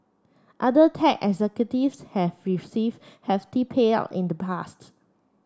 other tech executives have received hefty payout in the pasts